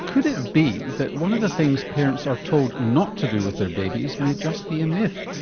could it be that one of the things parents are told not to do with their babies may just be a myth?